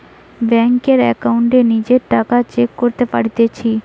বেংকের একাউন্টে নিজের টাকা চেক করতে পারতেছি